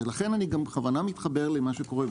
לכן אני גם בכוונה מתחבר למה שקורה.